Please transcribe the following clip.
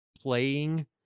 playing